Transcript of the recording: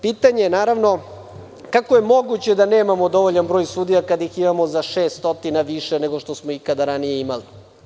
Pitanje je – kako je moguće da nemamo dovoljan broj sudija, kada ih imamo za 600 više nego što smo ih ranije imali?